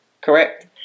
Correct